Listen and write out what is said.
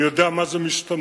אני יודע מה זה משתמטים.